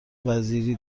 وزیری